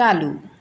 चालू